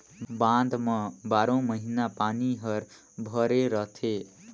बांध म बारो महिना पानी हर भरे रथे